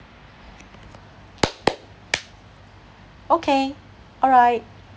okay alright